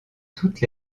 toutes